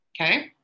Okay